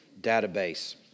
database